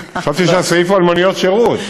חשבתי שהסעיף הוא על מוניות שירות.